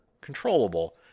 controllable